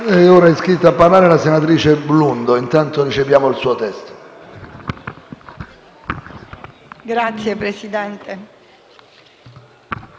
Grazie, presidente